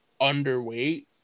underweight